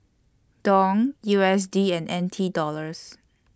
Dong U S D and N T Dollars